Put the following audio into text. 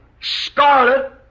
scarlet